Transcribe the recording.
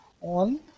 on